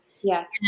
Yes